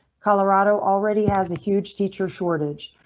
colorado already has a huge teacher shortage.